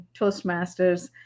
Toastmasters